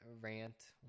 rant